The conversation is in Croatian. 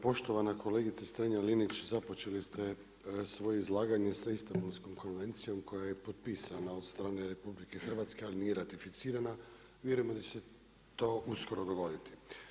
Poštovana kolegice Strenja-Linić, započeli ste svoje izlaganje sa Istambulskom konvencijom koja je potpisana od strane RH, ali nije ratificirana, vjerujemo da će se to uskoro dogoditi.